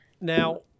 Now